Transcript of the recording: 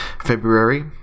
February